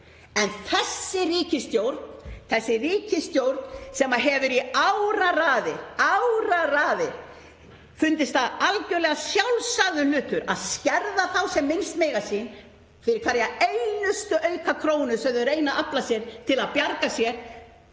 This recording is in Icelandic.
Þessari ríkisstjórn hefur í áraraðir fundist það algerlega sjálfsagður hlutur að skerða þá sem minnst mega sín fyrir hverja einustu aukakrónu sem þau reyna að afla sér til að bjarga sér